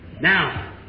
Now